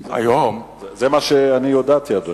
היום, זה מה שאני הודעתי, אדוני.